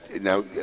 Now